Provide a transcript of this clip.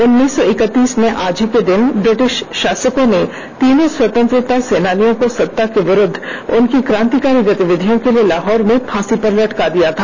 उन्नीस सौ एकतीस में आज ही के दिन ब्रिटिश शासकों ने तीनों स्वतंत्रता सेनानियों को सत्ता के विरुद्ध उनकी क्रांतिकारी गतिविधियों के लिए लाहौर में फांसी पर लटका दिया था